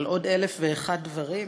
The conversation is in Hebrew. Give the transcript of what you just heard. על עוד אלף ואחד דברים?